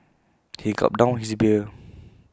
he gulped down his beer